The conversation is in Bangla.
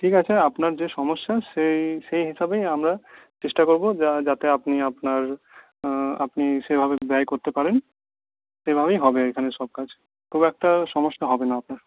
আচ্ছা আপনার যে সমস্যা সেই হিসাবেই আমরা চেষ্টা করব যা যাতে আপনি আপনার আপনি সেভাবে ব্যয় করতে পারেন সেভাবেই হবে এখানে সব কাজ খুব একটা সমস্যা হবে না আপনার